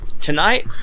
Tonight